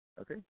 Okay